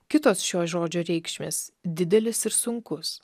kitos šio žodžio reikšmės didelis ir sunkus